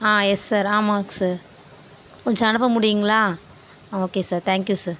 ஆ yes sir ஆமாங்க sir கொஞ்சம் அனுப்ப முடியுங்களா ah okay sir thank you sir